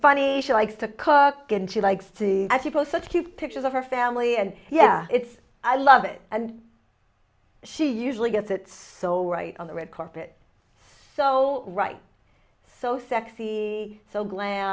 funny she likes to cook and she likes to people such cute pictures of her family and yeah it's i love it and she usually gets it so right on the red carpet so right so sexy so gla